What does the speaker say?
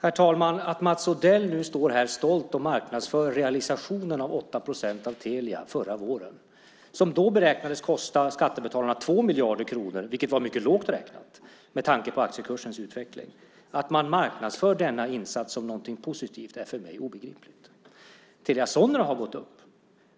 Fru talman! Mats Odell står nu här stolt och marknadsför realisationen av 8 procent av Telia förra våren, som då beräknades kosta skattebetalarna 2 miljarder kronor vilket var mycket lågt räknat med tanke på aktiekursens utveckling. Att man marknadsför denna insats som något positivt är för mig obegripligt. Telia Soneras aktie har gått upp.